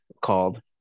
called